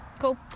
Cool